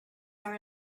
are